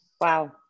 Wow